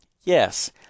Yes